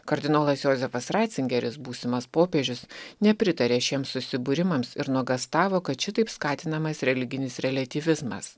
kardinolas jozefas ratzingeris būsimas popiežius nepritarė šiem susibūrimams ir nuogąstavo kad šitaip skatinamas religinis reliatyvizmas